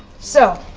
so.